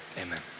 amen